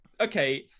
okay